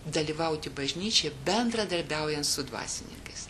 dalyvauti bažnyčioje bendradarbiaujant su dvasininkais